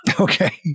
Okay